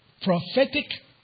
prophetic